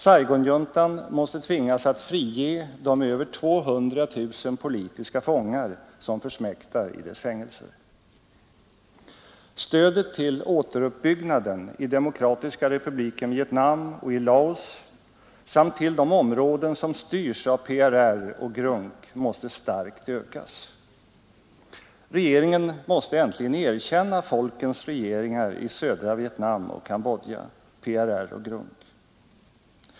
Saigonjuntan måste tvingas att frige de över 200 000 politiska fångar som försmäktar i dess fängelser. Stödet till återuppbyggnaden i Demokratiska republiken Vietnam och i Laos samt till de områden som styrs av PRR och GRUNK måste starkt ökas. Regeringen måste äntligen erkänna folkens regeringar i södra Vietnam och Cambodja — PRR och GRUNK.